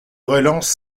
relance